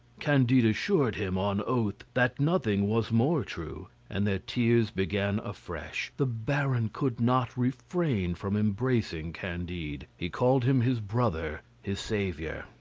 candide assured him on oath that nothing was more true, and their tears began afresh. the baron could not refrain from embracing candide he called him his brother, his saviour.